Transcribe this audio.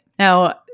Now